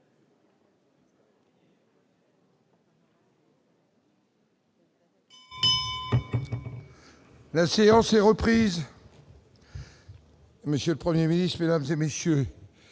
La séance est reprise. Monsieur le 1er Ministre Mesdames et messieurs